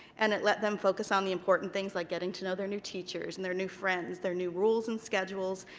and it let them focus on the important things like getting to know their new teachers, and their new friends, their new rules and schedules,